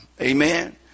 Amen